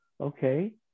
okay